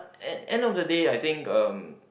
at end of the day I think uh